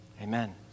Amen